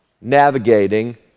navigating